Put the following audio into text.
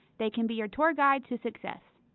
they can be your tour guide to success.